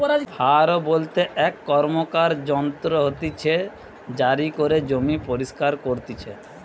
হারও বলতে এক র্কমকার যন্ত্র হতিছে জারি করে জমি পরিস্কার করতিছে